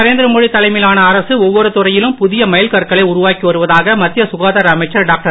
நரேந்திர மோடி தலைமையிலான அரசு ஒவ்வொரு துறையிலும் புதிய மைல் கற்களை உருவாக்கி வருவதாக மத்திய சுகாதார அமைச்சர் டாக்டர்